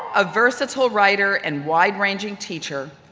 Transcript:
a versatile writer and wide ranging teacher,